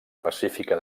pacífica